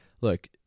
look